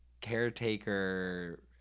caretaker